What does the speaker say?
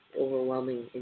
overwhelming